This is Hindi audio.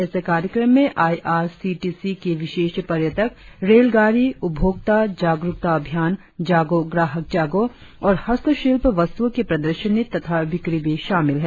इस कार्यक्रम में आईआरसीटीसी की विशेष पर्यटक रेलगाड़ी उपभोक्ता जारुकता अभियान जागों ग्राहक जागों और हस्तशिल्प वस्तुओं की प्रदर्शनी तथा बिक्री भी शामिल है